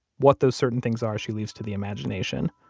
what those certain things are she leaves to the imagination.